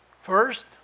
First